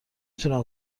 تونم